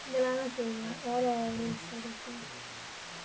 இதெலாம் தான் செய்வோம் வேறு எப்படி சொல்லுறது